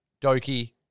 Doki